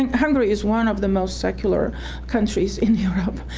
and hungary is one of the most secular countries in europe,